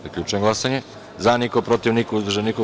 Zaključujem glasanje: za – niko, protiv – niko, uzdržanih – nema.